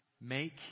make